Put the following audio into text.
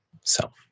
self